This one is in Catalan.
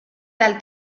del